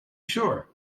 sure